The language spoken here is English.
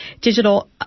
digital